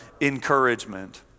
encouragement